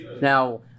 Now